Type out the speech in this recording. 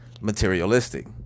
materialistic